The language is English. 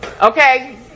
Okay